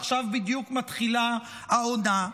עכשיו בדיוק מתחילה העונה.